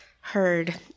Heard